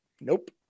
Nope